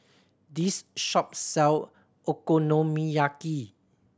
this shop sell Okonomiyaki